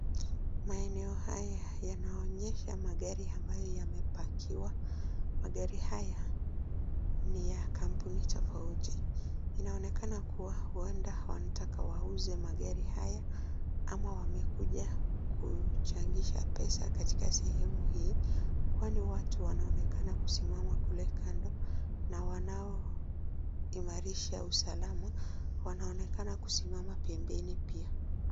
Maeneo haya yanaonyesha magari ambayo yamepakiwa. Magari haya ni ya kampuni tofauti. Inaonekana kuwa huenda wanataka wauze magari haya ama wamekuja kuchangisha pesa katika sehemu hii kwani watu wanaonekana kusimama kule kando na wanaoimarisha usalama wanaonekana kusimama pembeni pia.